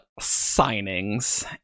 signings